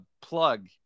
plug